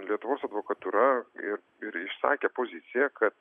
lietuvos advokatūra ir ir išsakė poziciją kad